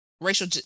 racial